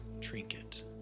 trinket